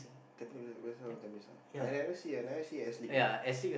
Tampines-West ah Tampines ah I never see I never see I see S-League lah